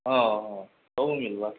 ହଁ ହଁ ସବୁ ମିଳିବ